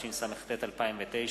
התשס”ט 2009,